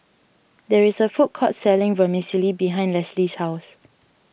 there is a food court selling Vermicelli behind Leslie's house